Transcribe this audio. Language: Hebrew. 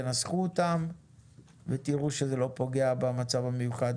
תנסחו אותן ותראו שזה לא פוגע במצב המיוחד